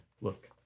Look